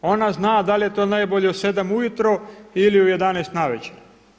Ona zna da li je to najbolje u 7 ujutro ili u 11 navečer.